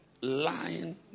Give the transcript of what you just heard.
lying